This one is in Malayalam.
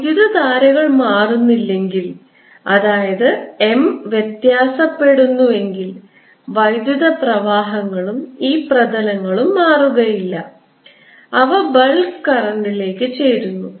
വൈദ്യുതധാരകൾ മാറുന്നില്ലെങ്കിൽ അതായത് M വ്യത്യാസപ്പെടുന്നുവെങ്കിൽ വൈദ്യുത പ്രവാഹങ്ങളും ഈ പ്രതലങ്ങളും മാറുകയില്ല അവ ബൾക്ക് കറന്റിലേക്ക് ചേരുന്നു